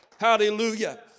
Hallelujah